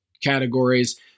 categories